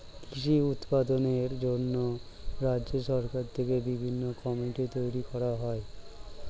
কৃষি উৎপাদনের জন্য রাজ্য সরকার থেকে বিভিন্ন কমিটি তৈরি করা হয়